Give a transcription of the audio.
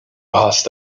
hast